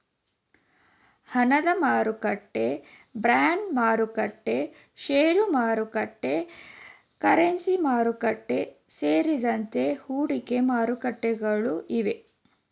ಹಣದಮಾರುಕಟ್ಟೆ, ಬಾಂಡ್ಮಾರುಕಟ್ಟೆ, ಶೇರುಮಾರುಕಟ್ಟೆ, ಕರೆನ್ಸಿ ಮಾರುಕಟ್ಟೆ, ಸೇರಿದಂತೆ ಹೂಡಿಕೆ ಮಾರುಕಟ್ಟೆಗಳು ಇವೆ